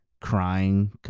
crying